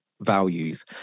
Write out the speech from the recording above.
values